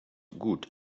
good